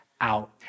out